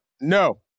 No